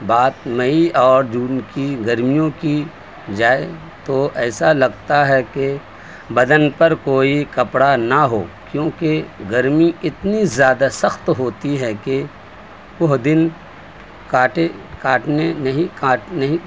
بات مئی اور جون کی گرمیوں جائے تو ایسا لگتا ہے کہ بدن پر کوئی کپڑا نہ ہو کیوں کہ گرمی اتنی زیادہ سخت ہوتی ہے کہ وہ دن کاٹے کاٹنے نہیں کاٹ نہیں